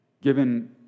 given